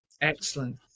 Excellent